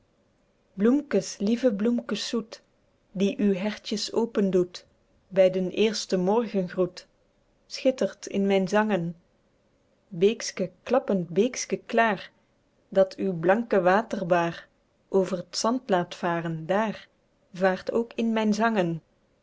lieve bloemkes zoet die uw hertjes open doet by den eersten morgengroet schittert in myn zangen beekske klappend beekske klaer dat uw blanke waterbaer over t zand laet varen dàér vaert ook in myn